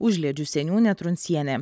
užliedžių seniūnė truncienė